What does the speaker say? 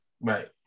Right